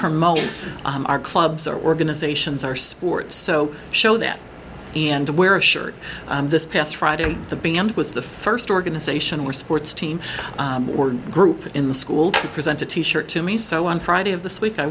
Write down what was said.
promote our clubs or organizations our sport so show that and wear a shirt this past friday the band was the first organization or sports team or group in the school to present a t shirt to me so on friday of this week i